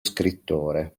scrittore